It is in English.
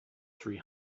three